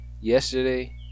Yesterday